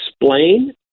explain